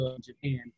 Japan